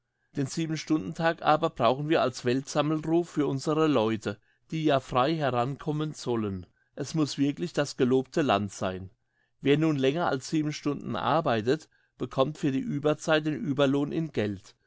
den siebenstundentag aber brauchen wir als weltsammelruf für unsere leute die ja frei herankommen sollen es muss wirklich das gelobte land sein wer nun länger als sieben stunden arbeitet bekommt für die ueberzeit den ueberlohn in geld